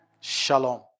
Shalom